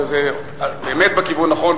וזה באמת בכיוון הנכון,